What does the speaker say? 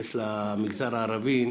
נתייחס למגזר הערבי.